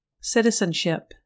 Citizenship